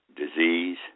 disease